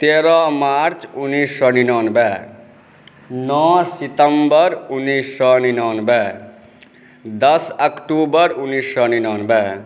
तेरह मार्च उन्नैस सए निनानबे नओ सितम्बर उन्नैस सए निनानबे दस अक्टूबर उन्नैस सए निनानबे